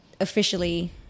officially –